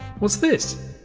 what's this?